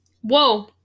whoa